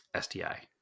STI